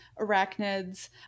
arachnids